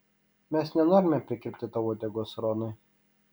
mes nenorime prikirpti tau uodegos ronai